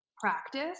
practice